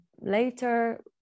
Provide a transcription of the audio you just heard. later